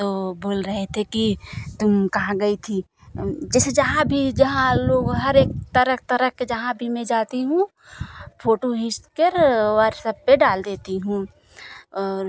तो बोल रही थी कि तुम कहाँ गई थी जैसे जहाँ भी जहाँ लोग हर एक तरह तरह के जहाँ भी मैं जाती हूँ फोटू खींचकर व्हाट्सअप पर डाल देती हूँ और